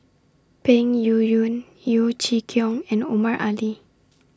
Peng Yuyun Yeo Chee Kiong and Omar Ali